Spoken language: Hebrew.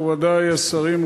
מכובדי השרים,